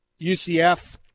UCF